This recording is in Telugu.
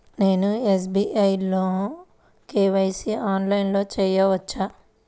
నేను ఎస్.బీ.ఐ లో కే.వై.సి ఆన్లైన్లో చేయవచ్చా?